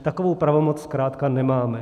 Takovou pravomoc zkrátka nemáme.